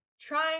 trying